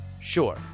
Sure